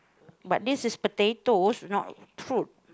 but this is potatoes not fruit